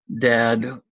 dad